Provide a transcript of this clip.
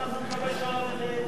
שהיום סגרנו בוועדה שאנחנו נקבל תשלום